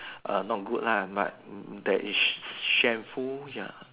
err no good lah but there is shameful ya